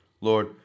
Lord